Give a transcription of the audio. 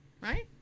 right